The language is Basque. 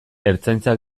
ertzaintza